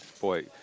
boy